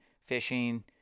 fishing